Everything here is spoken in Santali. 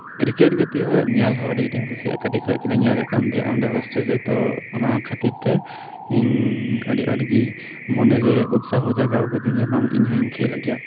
ᱠᱨᱤᱠᱮᱴ ᱜᱟᱛᱮᱜ ᱧᱮᱞ ᱦᱚᱸ ᱟᱰᱤ ᱟᱸᱴ ᱤᱧ ᱠᱩᱥᱤᱭᱟᱜᱼᱟ ᱠᱟᱴᱤᱡ ᱠᱷᱚᱱ ᱜᱮᱞᱮ ᱧᱮᱞᱮᱫ ᱠᱟᱱ ᱛᱮᱦᱮᱸᱫᱼᱟ ᱚᱸᱰᱮ ᱦᱳᱥᱴᱮᱞ ᱨᱮ ᱛᱚ ᱚᱱᱟ ᱠᱷᱟᱛᱤᱨ ᱛᱮ ᱤᱧ ᱟᱰᱤ ᱟᱸᱴ ᱜᱮ ᱢᱚᱱᱮᱨᱮ ᱩᱛᱥᱟᱦᱚ ᱡᱟᱜᱟᱣ ᱟᱫᱤᱧᱟ ᱵᱟᱝ ᱤᱧ ᱦᱚᱸᱧ ᱠᱷᱮᱞ ᱜᱮᱭᱟ